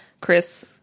Chris